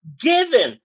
given